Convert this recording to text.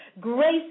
Grace